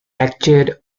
lectured